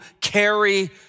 carry